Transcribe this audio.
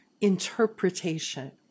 interpretation